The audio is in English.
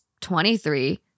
23